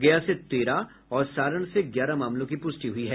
गया से तेरह और सारण से ग्यारह मामलों की पुष्टि हुई है